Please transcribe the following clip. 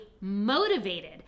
motivated